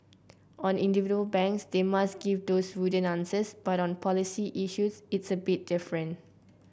on individual banks they must give those wooden answers but on policy issues it's a bit different